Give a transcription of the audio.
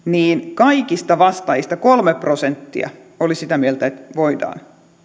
kaikista vastaajista kolme prosenttia oli sitä mieltä että voidaan